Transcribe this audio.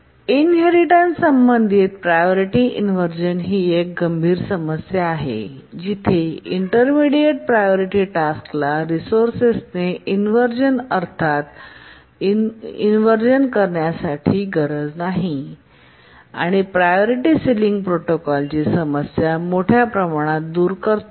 inheritance संबंधित priority inversion ही गंभीर समस्या आहे जिथे इंटरमेडीयेट प्रायोरीटी टास्क ला रिसोर्सेने इन्वर्श़न अर्थात उलटापालट करण्याची गरज नाही आणि प्रायोरीटी सीलिंग प्रोटोकॉल ही समस्या मोठ्या प्रमाणात दूर करतो